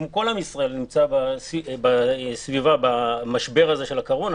כמו כל עם ישראל במשבר הזה של קורונה.